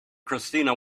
christina